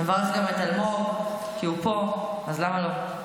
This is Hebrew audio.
אני מברכת גם את אלמוג, כי הוא פה, אז למה לא?